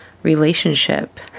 relationship